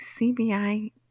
CBI